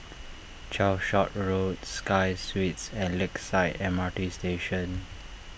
Calshot Road Sky Suites and Lakeside M R T Station